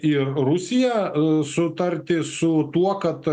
ir rusija sutarti su tuo kad